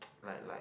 like like